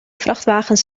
vrachtwagens